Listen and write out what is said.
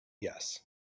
yes